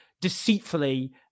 deceitfully